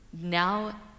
now